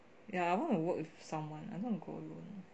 ya I want to work with someone I don't want to go alone